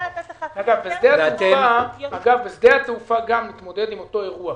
שדה התעופה גם מתמודד עם אותו אירוע.